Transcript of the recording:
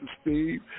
Steve